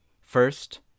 First